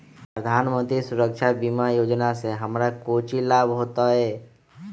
प्रधानमंत्री सुरक्षा बीमा योजना से हमरा कौचि लाभ होतय?